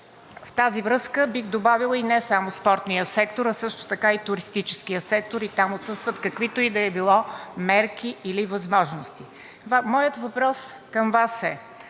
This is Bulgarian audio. В тази връзка бих добавила не само спортния сектор, а също така и туристическия сектор, а там отсъстват каквито и да е било мерки или възможности. Моят въпрос към Вас е: